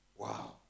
wow